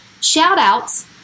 shout-outs